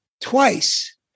twice